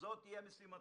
שזו תהיה משימתו,